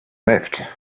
left